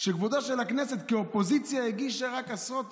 שכבודה של הכנסת, כי האופוזיציה הגישה רק עשרות